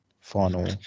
final